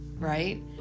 right